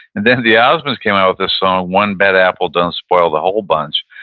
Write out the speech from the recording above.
and then the osmonds came out with this song one bad apple don't spoil the whole bunch,